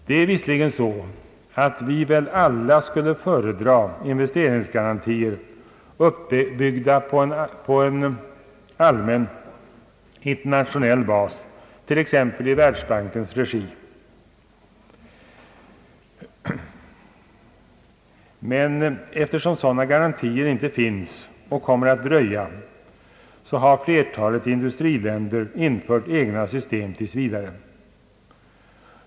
Det är visserligen så, att vi väl alla skulle föredra investeringsgarantier uppbyggda på en allmän internationell bas, t.ex. i världsbankens regi, men eftersom sådana garantier inte finns och kommer att dröja har flertalet industriländer infört egna system tills vidare.